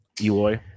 Eloy